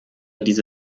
diese